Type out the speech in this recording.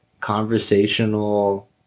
conversational